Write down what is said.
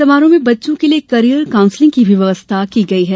समारोह में बच्चों के लिये करियर कांउसलिंग की व्यवस्था भी की गई है